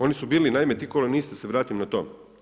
Oni su bili naime ti kolonisti, da se vratim na to.